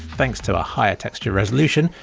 thanks to ah higher texture resolution,